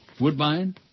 Woodbine